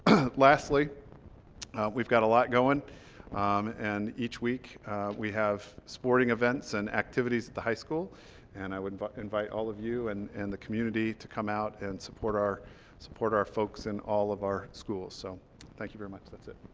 lastly we've got a lot going and each week we have sporting events and activities at the high school and i would invite all of you and and the community to come out and support our support our folks in all of our schools so thank you very much that's it